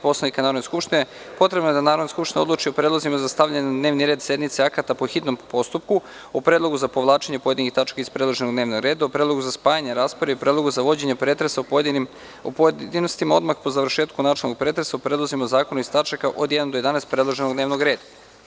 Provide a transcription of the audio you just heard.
Poslovnika Narodne skupštine, potrebno je da Narodna skupština odluči o predlozima za stavljanje na dnevni red sednice akata po hitnom postupku o predlogu za povlačenje pojedinih tački iz predloženog dnevnog reda, o predlogu za spajanje rasprave i predlogu za uvođenje pretresa u pojedinostima odmah po završetku načelnog pretresa, o predlozima zakona iz tačaka od 1. do 11. predloženog dnevnog reda.